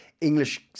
English